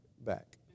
back